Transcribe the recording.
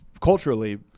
culturally